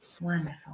wonderful